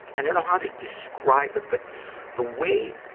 and know how to describe it, but the way,